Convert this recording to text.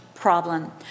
problem